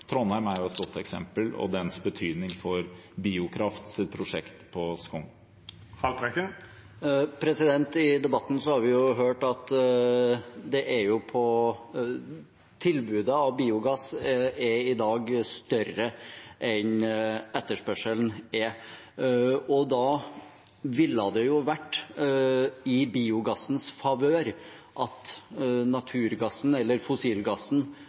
Trondheim er et godt eksempel når det gjelder betydningen for Biokrafts prosjekt på Skogn. I debatten har vi hørt at tilbudet av biogass i dag er større enn etterspørselen. Da ville det vært i biogassens favør at naturgass, eller